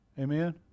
Amen